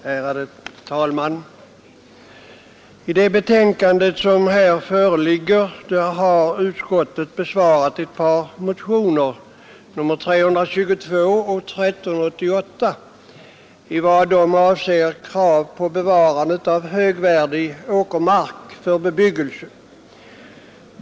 Fru talman! I här förevarande betänkande har jordbruksutskottet bl.a. behandlat ett par motioner, nr 322 och 1388, med krav om bevarande av högvärdig åkermark från bebyggelse.